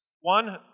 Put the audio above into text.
one